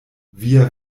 via